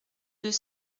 deux